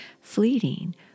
fleeting